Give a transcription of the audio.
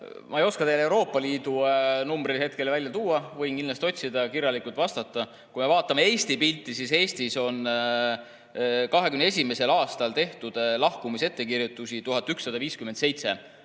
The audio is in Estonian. Ma ei oska teile Euroopa Liidu numbreid hetkel tuua. Võin kindlasti otsida ja kirjalikult vastata. Kui me vaatame Eesti pilti, siis Eestis tehti 2021. aastal lahkumisettekirjutusi 1157